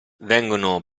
vengono